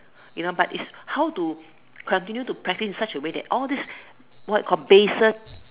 you know but is how to continue to practice in such a way that all these what complacent